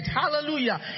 Hallelujah